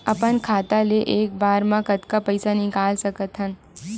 अपन खाता ले एक बार मा कतका पईसा निकाल सकत हन?